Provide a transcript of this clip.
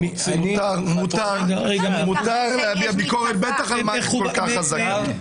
מותר להביע ביקורת, בטח על מערכת כל כך חזקה.